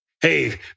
hey